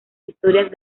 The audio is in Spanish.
historias